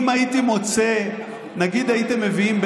אם הייתי מוצא נגיד הייתם מביאים את